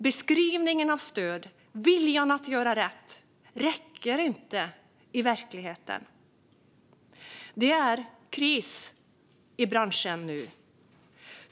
Beskrivningen av stöd och viljan att göra rätt räcker inte i verkligheten. Det är nu kris i branschen.